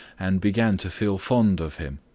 and began to feel fond of him.